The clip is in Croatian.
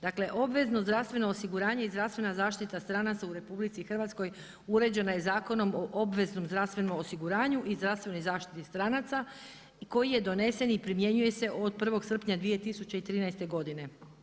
Dakle, obvezno zdravstveno osiguranje i zdravstvena zaštita stranaca u RH uređena je Zakonom o obveznom zdravstvenom osiguranju i zdravstvenoj zaštiti stranaca koji je donesen i primjenjuje se od 1. srpnja 2013. godine.